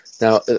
Now